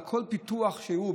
בכל פיתוח שהוא,